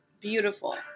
beautiful